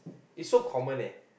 is so common leh